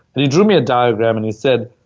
and he drew me a diagram and he said,